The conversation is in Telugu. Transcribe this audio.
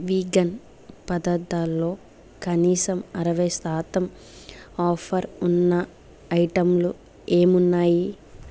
వీగన్ పదార్థాల్లో కనీసం అరవై శాతం ఆఫరు ఉన్న ఐటెంలు ఏమున్నాయి